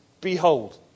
Behold